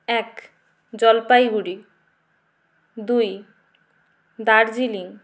এক জলপাইগুড়ি দুই দার্জিলিং